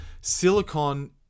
silicon